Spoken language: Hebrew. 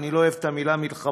אני לא אוהב את המילה מלחמה,